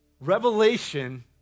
Revelation